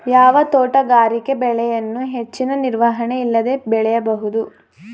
ಯಾವ ತೋಟಗಾರಿಕೆ ಬೆಳೆಯನ್ನು ಹೆಚ್ಚಿನ ನಿರ್ವಹಣೆ ಇಲ್ಲದೆ ಬೆಳೆಯಬಹುದು?